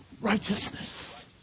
righteousness